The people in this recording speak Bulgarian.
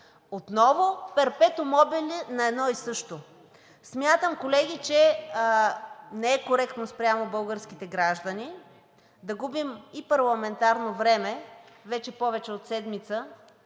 отново перпетуум мобиле на едно и също. Колеги, смятам, че не е коректно спрямо българските граждани – да губим и парламентарно време, вече повече от седмица